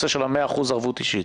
בעניין 100% ערבות אישית.